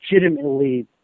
legitimately